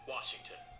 Washington